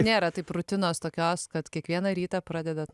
nėra taip rutinos tokios kad kiekvieną rytą pradedat